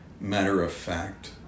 matter-of-fact